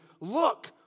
look